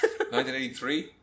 1983